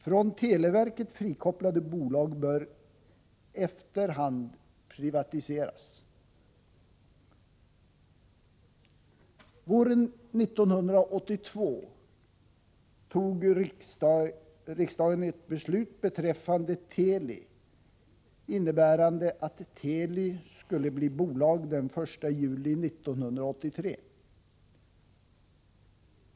Från televerket frikopplade bolag bör efter hand privatiseras. Våren 1982 fattade riksdagen beslut beträffande Teli, innebärande att Teli skulle bli bolag den 1 juli 1983.